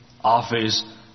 office